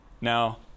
Now